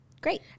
Great